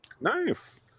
Nice